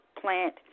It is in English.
plant